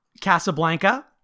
Casablanca